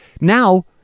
Now